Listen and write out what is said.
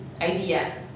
idea